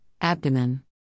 abdomen